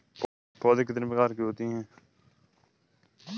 पौध कितने प्रकार की होती हैं?